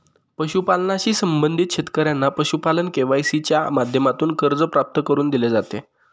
पशुपालनाशी संबंधित शेतकऱ्यांना पशुपालन के.सी.सी च्या माध्यमातून कर्ज प्राप्त करून दिले जाते